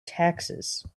taxes